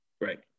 right